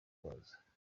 twaza